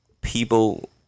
people